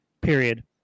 period